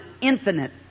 infinite